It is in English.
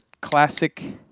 classic